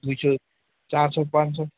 दुई सय चार सय पाँच सय